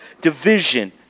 division